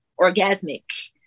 orgasmic